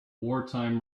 wartime